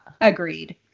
Agreed